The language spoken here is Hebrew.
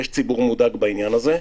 יש ציבור מודאג בעניין הזה,